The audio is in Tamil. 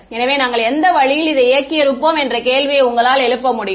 எனவே நாங்கள் எந்த வழியில் இதை இயக்கி இருப்போம் என்ற கேள்வியை உங்களால் எழுப்ப முடியும்